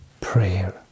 prayer